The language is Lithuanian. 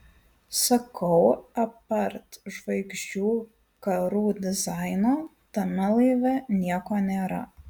sakau apart žvaigždžių karų dizaino tame laive nieko nėra